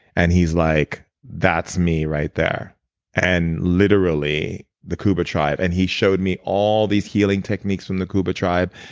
and he's like that's me right there and literally, the kuba tribe and he showed me all these healing techniques from the kuba tribe.